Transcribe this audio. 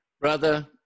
Brother